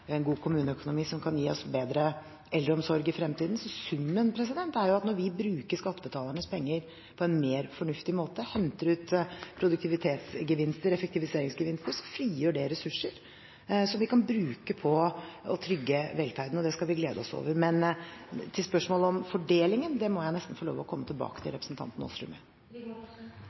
en god kommuneøkonomi, som kan gi oss bedre eldreomsorg i fremtiden. Så summen er at når vi bruker skattebetalernes penger på en mer fornuftig måte, henter ut produktivitetsgevinster og effektiviseringsgevinster, frigjøres det ressurser som vi kan bruke på å trygge velferden. Det skal vi glede oss over. Spørsmålet om fordelingen må jeg nesten få lov til å komme tilbake til representanten Aasrud